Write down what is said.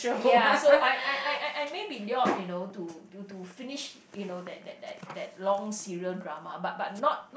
ya I I I I I maybe lured you know to to to finish you know that that that that long serial drama but but not not